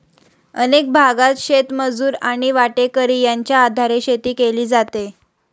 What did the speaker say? अनेक भागांत शेतमजूर आणि वाटेकरी यांच्या आधारे शेती केली जाते